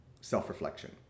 self-reflection